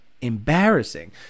Embarrassing